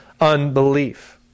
unbelief